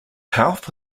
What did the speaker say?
health